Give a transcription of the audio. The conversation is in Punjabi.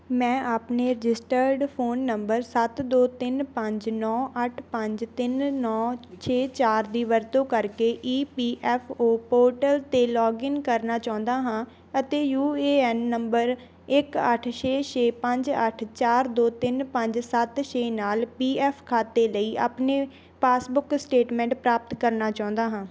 ਮੈਂ ਆਪਣੇ ਰਜਿਸਟਰਡ ਫ਼ੋਨ ਨੰਬਰ ਸੱਤ ਦੋ ਤਿੰਨ ਪੰਜ ਨੌਂ ਅੱਠ ਪੰਜ ਤਿੰਨ ਨੌਂ ਛੇ ਚਾਰ ਦੀ ਵਰਤੋਂ ਕਰਕੇ E P F O portal 'ਤੇ ਲੌਗਇਨ ਕਰਨਾ ਚਾਹੁੰਦਾ ਹਾਂ ਅਤੇ ਯੂ ਏ ਐਨ ਨੰਬਰ ਇੱਕ ਅੱਠ ਛੇ ਛੇ ਪੰਜ ਅੱਠ ਚਾਰ ਦੋ ਤਿੰਨ ਪੰਜ ਸੱਤ ਛੇ ਨਾਲ ਪੀ ਐਫ ਖਾਤੇ ਲਈ ਆਪਣੇ ਪਾਸਬੁੱਕ ਸਟੇਟਮੈਂਟ ਪ੍ਰਾਪਤ ਕਰਨਾ ਚਾਹੁੰਦਾ ਹਾਂ